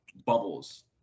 bubbles